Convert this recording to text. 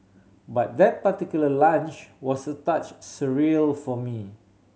but that particular lunch was a touch surreal for me